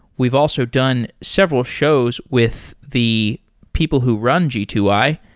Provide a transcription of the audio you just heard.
we've also done several shows with the people who run g two i,